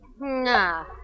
Nah